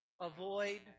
avoid